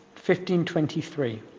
1523